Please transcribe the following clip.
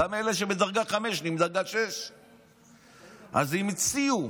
גם אלה שבדרגה 5 נהיים דרגה 6. אז הם הציעו,